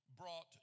brought